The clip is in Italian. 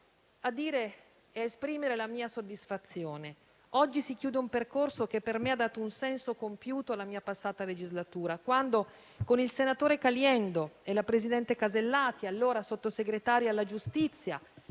mi limito a esprimere la mia soddisfazione Oggi si chiude un percorso che ha dato un senso compiuto alla mia passata legislatura quando, con il senatore Caliendo e il presidente Alberti Casellati, allora Sottosegretario alla giustizia,